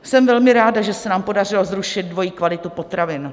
Jsem velmi ráda, že se nám podařilo zrušit dvojí kvalitu potravin.